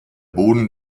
boden